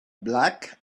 black